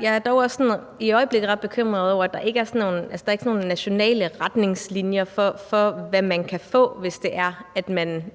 jeg dog også ret bekymret over, at der ikke er nogen nationale retningslinjer for, hvad man kan få, hvis man